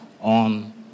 on